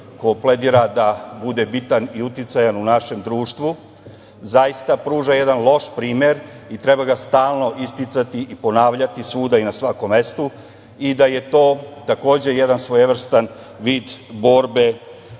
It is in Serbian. ko pledira da bude bitan i uticajan u našem društvu, zaista pruža jedan loš primer i treba ga stalno isticati i ponavljati svuda i na svakom mestu i da je to takođe jedan svojevrstan vid borbe